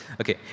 Okay